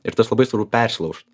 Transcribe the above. ir tas labai svarbu persilaužt